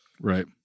Right